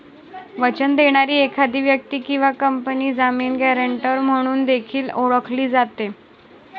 वचन देणारी एखादी व्यक्ती किंवा कंपनी जामीन, गॅरेंटर म्हणून देखील ओळखली जाते